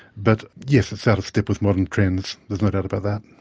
but yes, it's out of step with modern trends there's no doubt about that.